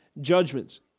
judgments